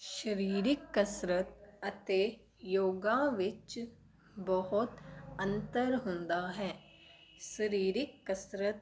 ਸਰੀਰਿਕ ਕਸਰਤ ਅਤੇ ਯੋਗਾ ਵਿੱਚ ਬਹੁਤ ਅੰਤਰ ਹੁੰਦਾ ਹੈ ਸਰੀਰਕ ਕਸਰਤ